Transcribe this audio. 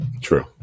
True